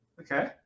okay